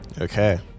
Okay